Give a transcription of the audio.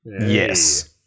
Yes